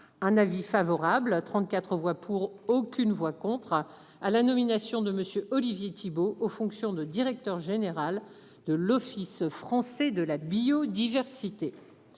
un avis favorable. 34 voix pour aucune voix contre à la nomination de Monsieur Olivier Thibault aux fonctions de directeur général de l'Office français de la. Biodiversité.